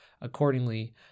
Accordingly